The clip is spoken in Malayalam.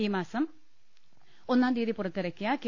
ഈമാസം ഒന്നാംതീയ്യതി പുറത്തിറക്കിയ കെ